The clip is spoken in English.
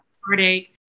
heartache